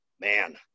man